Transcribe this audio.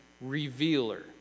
revealer